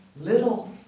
little